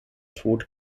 tot